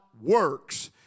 works